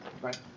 right